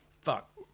fuck